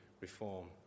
reform